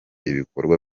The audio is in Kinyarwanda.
ibikorwa